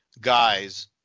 guys